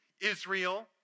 Israel